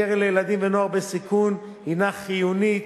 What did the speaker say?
הקרן לילדים ונוער בסיכון היא חיונית,